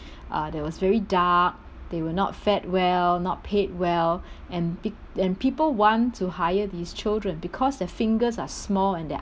uh there was very dark they were not fed well not paid well and and people want to hire these children because their fingers are small and their